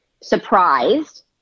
surprised